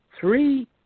Three